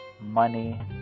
money